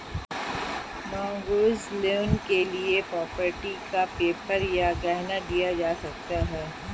mortgage loan के लिए property का पेपर या गहना दिया जा सकता है